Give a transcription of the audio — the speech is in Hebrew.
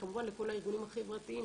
וכמובן לכל הארגונים החברתיים,